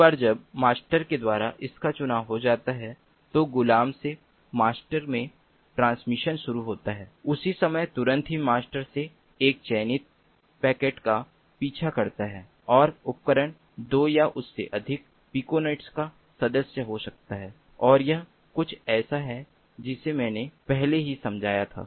एक बार जब मास्टर के द्वारा इनका चुनाव हो जाता है तो गुलाम से मास्टर मे ट्रांसमिशन से शुरू होता है उसी समय तुरंत ही मास्टर से एक चयनित पैकेट का पीछा करता है और उपकरण 2 या उससे अधिक पिकोनेट का सदस्य हो सकता है और यह कुछ ऐसा है जिसे मैंने पहले भी समझाया था